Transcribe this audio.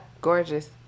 gorgeous